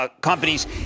companies